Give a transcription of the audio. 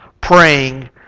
praying